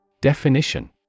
Definition